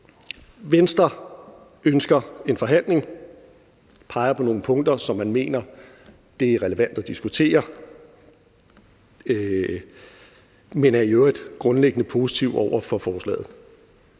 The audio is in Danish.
Venstre ønsker en forhandling, peger på nogle punkter, som man mener det er relevant at diskutere, men er i øvrigt grundliggende positive over for forslaget.